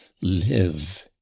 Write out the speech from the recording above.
Live